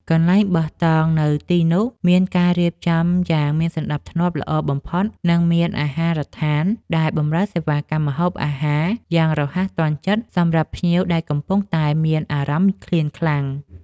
កន្លែងបោះតង់នៅទីនោះមានការរៀបចំយ៉ាងមានសណ្ដាប់ធ្នាប់ល្អបំផុត និង មានអាហារដ្ឋានដែលបម្រើសេវាកម្មម្ហូបអាហារយ៉ាងរហ័សទាន់ចិត្តសម្រាប់ភ្ញៀវដែលកំពុងតែមានអារម្មណ៍ឃ្លានខ្លាំង។